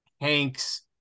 Hanks